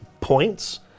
points